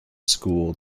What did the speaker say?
school